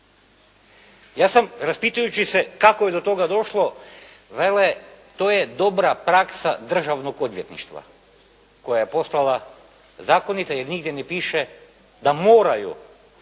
Ja sam raspitujući se kako je do toga došlo, vele to je dobra praksa državnog odvjetništva koja je postala zakonita jer nigdje ne piše da moraju građaninu